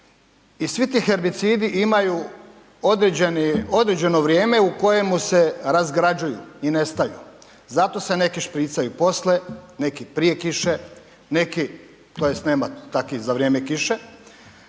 i svi ti herbicidi imaju određeni, određeno vrijeme u kojemu se razgrađuju i nestaju. Zato se neki špricaju poslije, neki prije kiše, neki tj. nema takvih za vrijeme kiše.